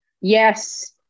Yes